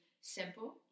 simple